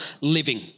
living